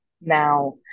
Now